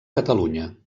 catalunya